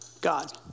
God